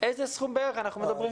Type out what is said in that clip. על איזה סכום בערך אנחנו מדברים?